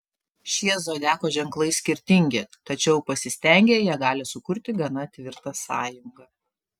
šie zodiako ženklai skirtingi tačiau pasistengę jie gali sukurti gana tvirtą sąjungą